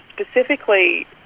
specifically